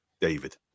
David